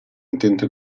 intento